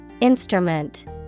Instrument